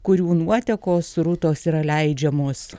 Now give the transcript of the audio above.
kurių nuotekos srutos yra leidžiamos